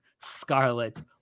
Scarlet